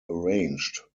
arranged